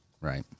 Right